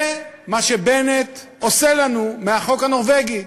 זה מה שבנט עושה לנו מהחוק הנורבגי.